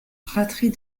fratrie